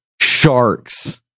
Sharks